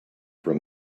from